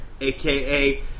aka